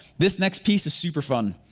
this next piece is super fun.